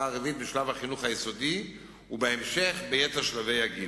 הערבית בשלב החינוך היסודי ובהמשך ביתר שלבי הגיל.